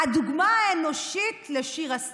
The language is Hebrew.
הדוגמה האנושית לשירת הסטיקר.